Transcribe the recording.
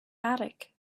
attic